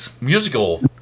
musical